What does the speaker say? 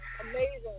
Amazing